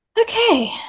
Okay